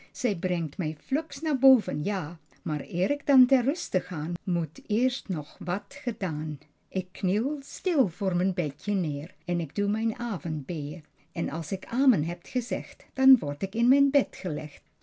brengt mij fluks naar boven ja maar eer ik dan ter ruste ga moet eerst nog wat gedaan ik kniel stil voor mijn bedje neer en k doe mijne avondbeê en als ik amen heb gezegd dan word ik in mijn bed gelegd